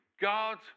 God